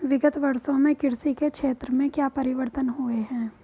विगत वर्षों में कृषि के क्षेत्र में क्या परिवर्तन हुए हैं?